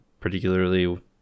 particularly